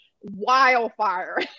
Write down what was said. wildfire